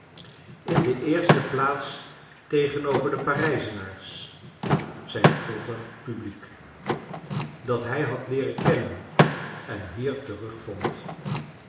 in de eerste plaats tegenover de parijzenaars zijn vroeger publiek dat hij had leeren kennen en hier terugvond